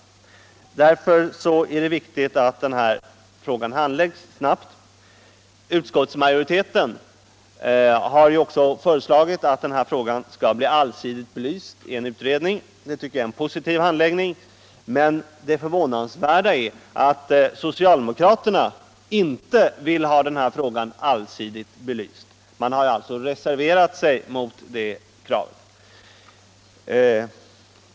Därför är det viktigt att den här frågan handläggs snabbt. Utskottsmajoriteten har också föreslagit att frågan skall bli allsidigt belyst i en utredning. Det är ett positivt förslag. Men det förvånansvärda är att socialdemokraterna inte vill ha frågan allsidigt belyst. De har reserverat sig mot detta krav.